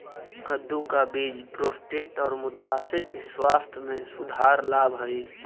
कद्दू का बीज प्रोस्टेट और मूत्राशय के स्वास्थ्य में सुधार लाव हई